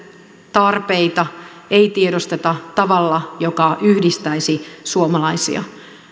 tarpeita ei tiedosteta tavalla joka yhdistäisi suomalaisia